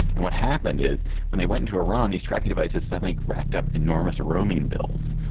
and what happened is when they went to iran these tracking devices suddenly racked up enormous roaming bills.